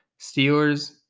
Steelers